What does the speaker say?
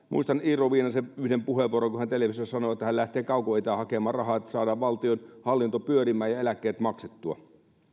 muistan iiro viinasen yhden puheenvuoron kun hän televisiossa sanoi että hän lähtee kaukoitään hakemaan rahaa että saadaan valtionhallinto pyörimään ja eläkkeet maksettua